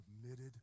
submitted